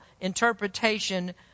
interpretation